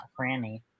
Franny